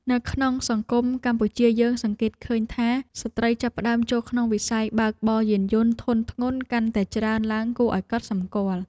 នៅក្នុងសង្គមកម្ពុជាយើងសង្កេតឃើញថា ស្ត្រីចាប់ផ្តើមចូលក្នុងវិស័យបើកបរយានយន្តធុនធ្ងន់កាន់តែច្រើនឡើងគួរឱ្យកត់សម្គាល់។